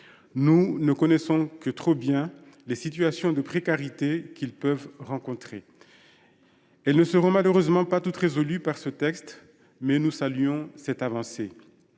Nous ne connaissons que trop bien les situations de précarité auxquels ces personnels peuvent faire face. Elles ne seront malheureusement pas toutes résolues par le texte, mais nous saluons cette avancée.